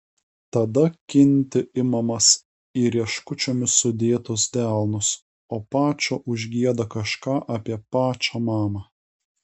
tada kinti imamas į rieškučiomis sudėtus delnus o pačo užgieda kažką apie pačą mamą